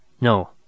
No